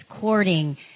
Courting